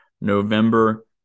November